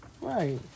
Right